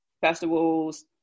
festivals